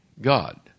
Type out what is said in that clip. God